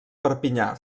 perpinyà